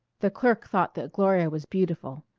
the clerk thought that gloria was beautiful.